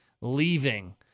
leaving